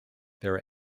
there